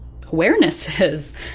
awarenesses